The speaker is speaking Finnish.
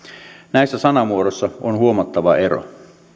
näissä sanamuodoissa on huomattava ero